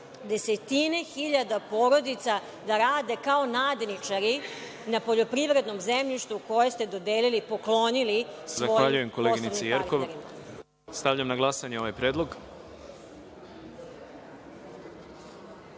desetine hiljada porodica da rade kao nadničari na poljoprivrednom zemljištu koje ste dodeli, poklonili svojim poslovnim partnerima. **Đorđe Milićević** Zahvaljujem koleginici Jerkov. Stavljam na glasanje ovaj